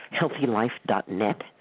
HealthyLife.net